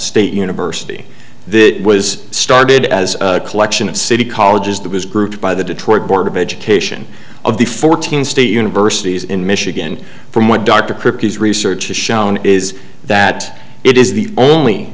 state university was started as a collection of city colleges that was grouped by the detroit board of education of the fourteen state universities in michigan from what dr perper his research has shown is that it is the only